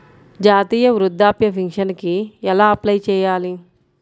జాతీయ వృద్ధాప్య పింఛనుకి ఎలా అప్లై చేయాలి?